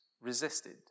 resisted